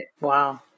wow